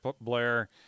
Blair